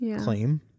claim